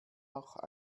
auch